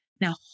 Now